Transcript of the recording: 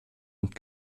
und